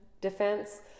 Defense